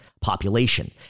population